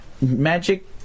Magic